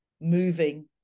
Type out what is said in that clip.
moving